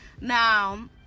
now